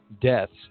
deaths